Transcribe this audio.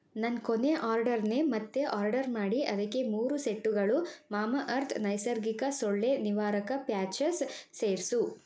ನನ್ನ ಕೊನೇ ಆರ್ಡರನ್ನೇ ಮತ್ತೆ ಆರ್ಡರ್ ಮಾಡಿ ಅದಕ್ಕೆ ಮೂರು ಸೆಟ್ಟುಗಳು ಮಾಮಾಅರ್ತ್ ನೈಸರ್ಗಿಕ ಸೊಳ್ಳೆ ನಿವಾರಕ ಪ್ಯಾಚಸ್ ಸೇರಿಸು